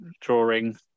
drawing